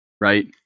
Right